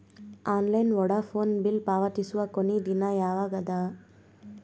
Online Vodafone bill ಪಾವತಿಸುವ ಕೊನಿ ದಿನ ಯವಾಗ ಅದ?